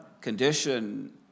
condition